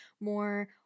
more